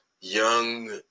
young